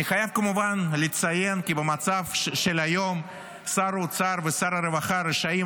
אני חייב כמובן לציין כי במצב היום שר האוצר ושר הרווחה רשאים